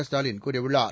ஸ்டாலின் கூறியுள்ளார்